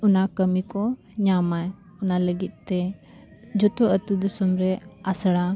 ᱚᱱᱟ ᱠᱟᱹᱢᱤ ᱠᱚ ᱧᱟᱢᱟᱭ ᱚᱱᱟ ᱞᱟᱹᱜᱤᱫᱼᱛᱮ ᱡᱚᱛᱚ ᱟᱛᱳ ᱫᱤᱥᱚᱢ ᱨᱮ ᱟᱥᱲᱟ